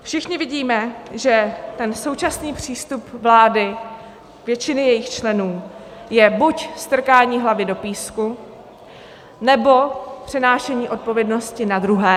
Všichni vidíme, že ten současný přístup vlády, většiny jejích členů, je buď strkání hlavy do písku, nebo přenášení odpovědnosti na druhé.